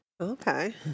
Okay